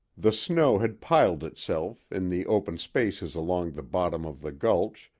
the snow had piled itself, in the open spaces along the bottom of the gulch,